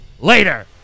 Later